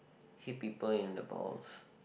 hit people in the balls